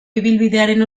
ibilbidearen